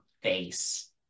face